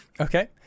Okay